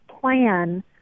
plan